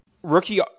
Rookie